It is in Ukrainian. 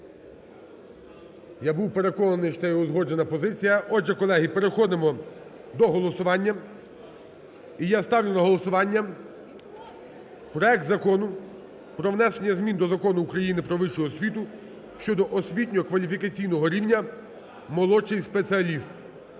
Я був переконаний, що це є узгоджена позиція. Отже, колеги, переходимо до голосування. І я ставлю на голосування проект Закону про внесення змін до Закону України "Про вищу освіту" (щодо освітньо-кваліфікаційного рівня "молодший спеціаліст").